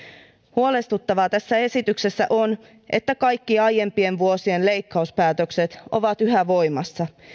huolestuttavaa tässä esityksessä on että kaikki aiempien vuosien leikkauspäätökset ovat yhä voimassa